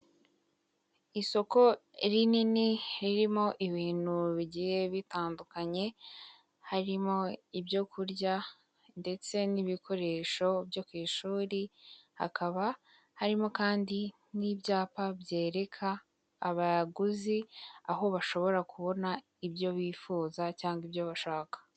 Isoko rinini ririmo ibintu bigiye bitandukanye, harimo ibyo kurya ndetse n'ibikoresho byo ku ishuri, hakaba harimo kandi n'ibyapa byereka abaguzi, aho bashobora kubona ibyo bifuza cyangwa ibyo bashaka.